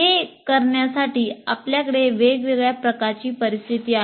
हे करण्यासाठी आपल्याकडे वेगवेगळ्या प्रकारची परिस्थिती आहे